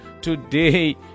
today